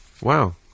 Wow